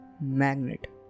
magnet